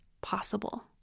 possible